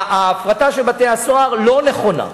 ההפרטה של בתי-הסוהר לא נכונה,